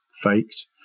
faked